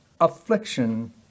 affliction